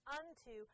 unto